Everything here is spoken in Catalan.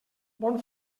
bon